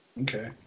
Okay